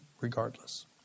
regardless